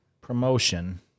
promotion